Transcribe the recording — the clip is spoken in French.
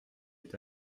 est